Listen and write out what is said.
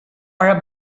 are